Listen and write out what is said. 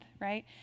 right